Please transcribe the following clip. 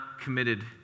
committed